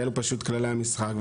כי אילו פשוט כללי המשחק,